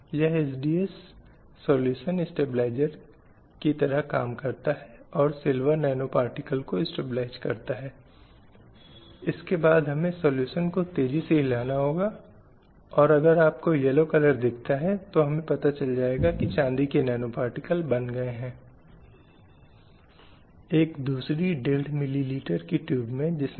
और महिलाओं की सुरक्षा की प्रक्रिया में महिलाओं को कोनों में धकेल दिया गया जहां सभी अधिकार सभी स्वतंत्रताएं और सभी छूट उनसे छीन ली गईं और उनके पास एक हीनवर्ग होने या उसके जैसे शायद पुरुष की संपत्ति होने के अलावा कुछ भी नहीं बचा था और वे विभिन्न बुराइयों के अधीन थीं